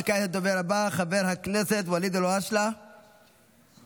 וכעת לדובר הבא, חבר הכנסת ואליד אלהואשלה, בבקשה.